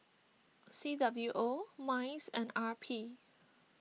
C W O Minds and R P